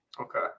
Okay